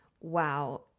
wow